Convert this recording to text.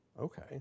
Okay